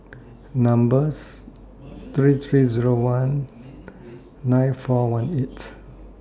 number's three three Zero one nine four one eight